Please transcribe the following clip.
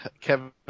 Kevin